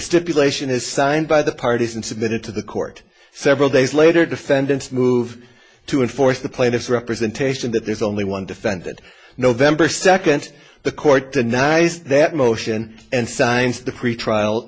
stipulation is signed by the parties and submitted to the court several days later defendant's move to enforce the plaintiff's representation that there's only one defendant november second the court the nice that motion and signs the pretrial